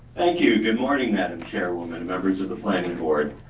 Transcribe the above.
thank you, good morning madam chairwoman, and members of the planning board.